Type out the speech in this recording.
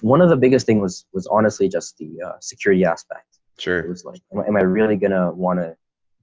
one of the biggest thing was was honestly, just the security aspect. sure. it was like, am i really gonna want to